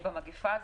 במגפה הזאת.